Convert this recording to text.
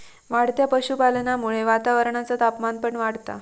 वाढत्या पशुपालनामुळा वातावरणाचा तापमान पण वाढता